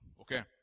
Okay